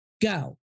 go